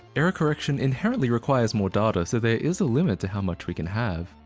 error correction inherently requires more data so there is a limit to how much we can have.